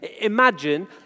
Imagine